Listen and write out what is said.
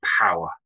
power